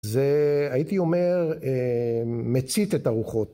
זה, הייתי אומר, מצית את הרוחות.